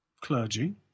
clergy